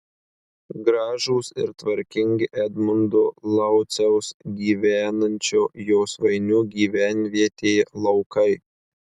gražūs ir tvarkingi edmundo lauciaus gyvenančio josvainių gyvenvietėje laukai